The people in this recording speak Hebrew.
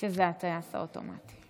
שזה הטייס האוטומטי.